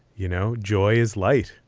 you know, joy is light.